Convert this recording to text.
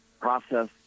process